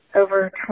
over